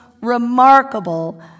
remarkable